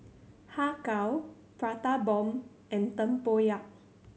Har Kow Prata Bomb and tempoyak